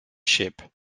ship